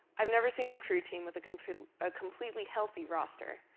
i've never seen the crew team with a complete a completely healthy roster,